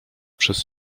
przez